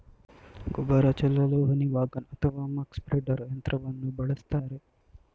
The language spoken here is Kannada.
ಗೊಬ್ಬರ ಚೆಲ್ಲಲು ಹನಿ ವಾಗನ್ ಅಥವಾ ಮಕ್ ಸ್ಪ್ರೆಡ್ದರ್ ಯಂತ್ರವನ್ನು ಬಳಸ್ತರೆ